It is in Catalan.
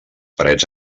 parets